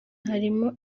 harimo